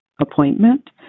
Appointment